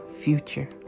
future